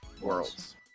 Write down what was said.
worlds